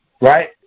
right